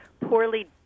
poorly